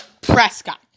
Prescott